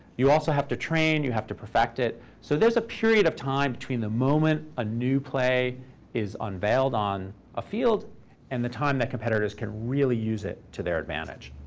you also have to train. you have to perfect it. so there's a period of time between the moment a new play is unveiled on a field and the time that competitors can really use it to their advantage.